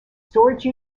storage